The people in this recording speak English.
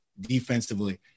defensively